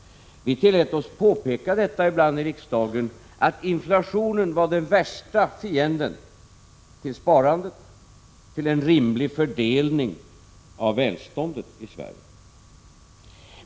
Vi tillät oss ibland påpeka i riksdagen att inflationen var den värsta fienden till sparandet, till en rimlig fördelning av välståndet i Sverige.